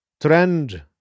Trend